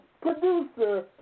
producer